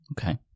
Okay